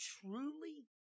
truly